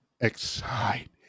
excited